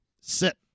sit